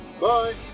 bye